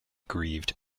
grieved